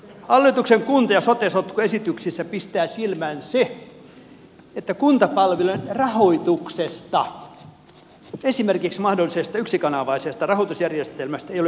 hallituksen kunta ja sote sotkuesityksissä pistää silmään se että kuntapalvelujen rahoituksesta esimerkiksi mahdollisesta yksikanavaisesta rahoitusjärjestelmästä ei ole puhuttu mitään